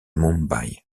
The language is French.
mumbai